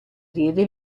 diede